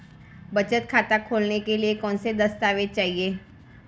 बचत खाता खोलने के लिए कौनसे दस्तावेज़ चाहिए?